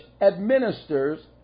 administers